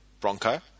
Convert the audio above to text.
Bronco